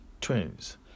twins